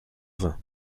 vain